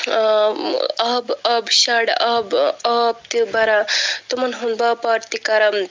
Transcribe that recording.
آبہٕ آب شڈ آبہٕ آب تہِ بَران تُمَن ہُنٛد باپار تہِ کَران